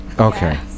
Okay